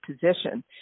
position